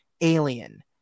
Alien